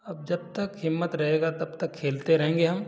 अब जब तक हिम्मत रहेगा तब तक खेलते रहेंगे हम